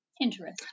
interesting